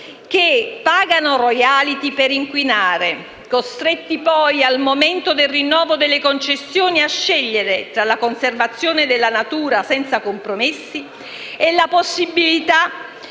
che pagano *royalty* per inquinare, costretti poi - al momento del rinnovo delle concessioni - a scegliere tra la conservazione della natura senza compromessi e la possibilità